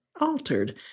altered